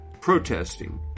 protesting